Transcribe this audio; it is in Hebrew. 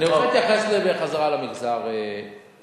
אני רוצה להתייחס שוב למגזר הערבי,